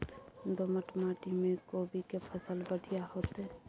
दोमट माटी में कोबी के फसल बढ़ीया होतय?